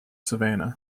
savannah